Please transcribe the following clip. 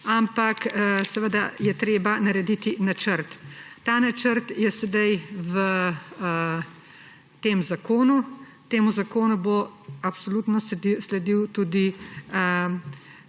ampak seveda je treba narediti načrt. Ta načrt je sedaj v tem zakonu, temu zakonu bo absolutno sledil tudi